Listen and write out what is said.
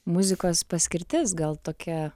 muzikos paskirtis gal tokia